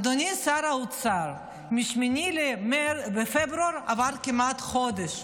אדוני שר האוצר, מ-8 בפברואר עבר כמעט חודש,